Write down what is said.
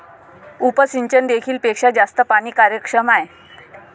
उपसिंचन देखील पेक्षा जास्त पाणी कार्यक्षम आहे